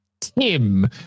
tim